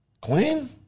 Queen